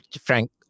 Frank